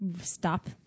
stop